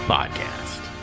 Podcast